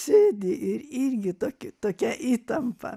sėdi ir irgi tokį tokia įtampa